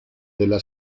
della